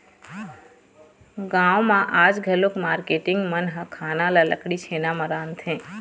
गाँव म आज घलोक मारकेटिंग मन ह खाना ल लकड़ी, छेना म रांधथे